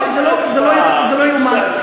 זה לא ייאמן.